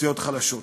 ואוכלוסיות חלשות.